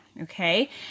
Okay